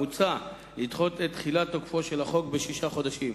מוצע לדחות את תחילת תוקפו של החוק בשישה חודשים.